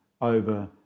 over